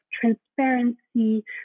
transparency